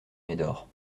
médor